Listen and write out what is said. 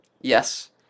Yes